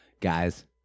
guys